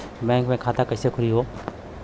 Bank मे खाता कईसे खुली हो?